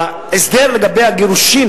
ההסדר לגבי הגירושים,